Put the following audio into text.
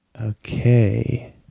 Okay